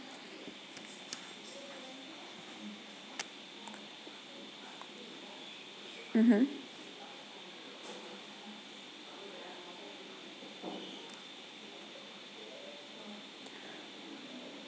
mmhmm